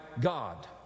God